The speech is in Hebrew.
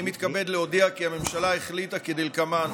אני מתכבד להודיע כי הממשלה החליטה כדלקמן,